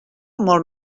molt